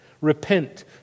Repent